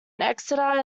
exeter